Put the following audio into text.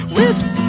Whips